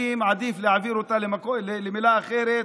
אני מעדיף להחליף אותה במילה אחרת,